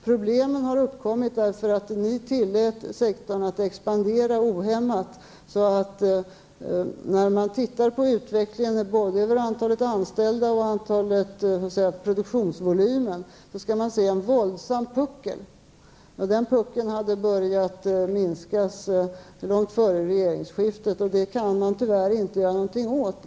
Problemen har uppkommit därför att ni tillät sektorn att expandera ohämmat. När man ser på utvecklingen både av antalet anställda och av produktionsvolymen, finner man en våldsam puckel. Den puckeln hade börjat minskas långt före regeringsskiftet, och detta kan man tyvärr inte göra något åt.